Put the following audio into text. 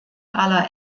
aller